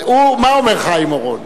מה אומר חיים אורון?